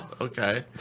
okay